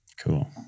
Cool